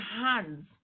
hands